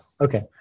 okay